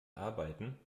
arbeiten